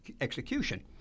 execution